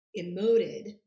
emoted